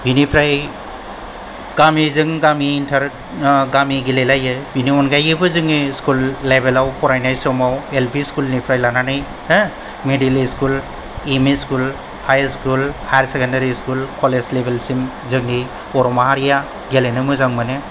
बिनिफ्राय गामिजों गामि इन्टार गामि गेलेलायो बिनि अनगायैबो जोङो स्कुल लेभेलाव फरायनाय समाव एल पि स्कुलनिफ्राय लानानै हो middle school M E school high school higher secondary school college लेभेलसिम जोंनि बर' माहारिआ गेलेनो मोजां मोनो